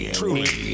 truly